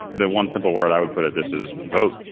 the one simple word i would put at this is vote.